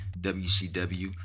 WCW